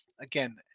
again